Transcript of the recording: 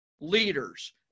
leaders